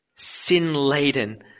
Sin-laden